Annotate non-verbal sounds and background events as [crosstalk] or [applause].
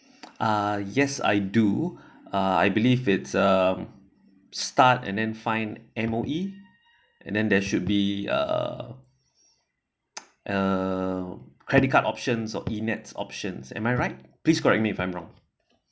[noise] uh yes I do [breath] uh I believe it's um start and then find M_O_E and then there should be err [noise] err credit card options or E nets options am I right please correct me if I'm wrong